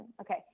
okay